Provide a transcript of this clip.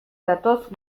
datoz